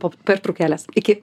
po pertraukėlės iki